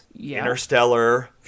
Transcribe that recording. Interstellar